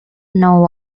know